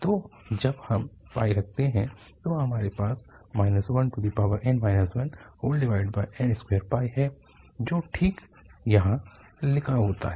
तो जब हम रखते हैं तो हमारे पास 1n 1n2 है और जो ठीक यहाँ लिखा होता है